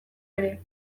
ere